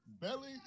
Belly